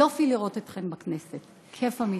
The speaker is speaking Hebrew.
יופי לראות אתכם בכנסת, כיף אמיתי.